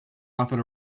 often